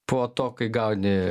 po to kai gauni